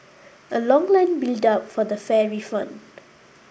a long line built up for the fare refund